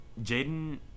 Jaden